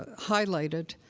ah highlighted,